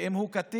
ואם הוא קטין,